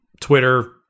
Twitter